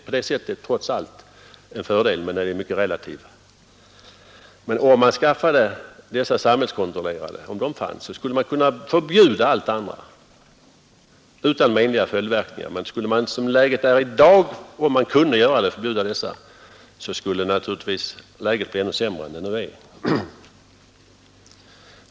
Om det fanns en samhällskontrollerad verksamhet på detta område skulle man kunna förbjuda allt annat utan menliga följdverkningar. Men skulle man i dag förbjuda den nuvarande verksamheten, skulle läget bli ännu sämre än vad det är.